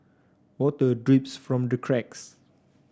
water drips from the cracks